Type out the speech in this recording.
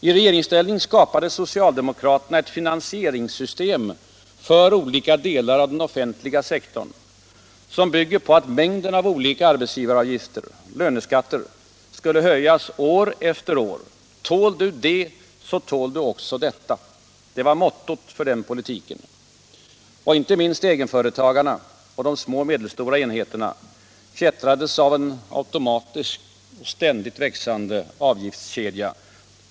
I regeringsställning skapade socialdemokraterna ett finansieringssystem för olika delar av den offentliga sektorn, som bygger på att mängden av olika arbetsgivaravgifter —- löneskatter — skulle höjas år efter år. Tål du det, så tål du även detta, var mottot för den politiken. Inte minst egenföretagarna och de små och medelstora enheterna fjättrades av en automatisk och ständigt växande avgiftskedja.